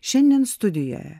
šiandien studijoje